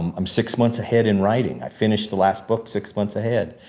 i'm six months ahead in writing, i finished the last book six months ahead.